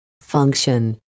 Function